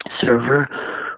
server